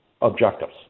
objectives